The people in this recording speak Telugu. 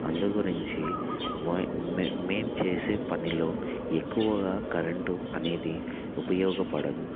అందుగురించి మో మెమ్ మేము చేసే పనిలో ఎక్కువగా కరెంటు అనేది ఉపయోగపడదు